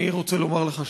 אני רוצה לומר לך,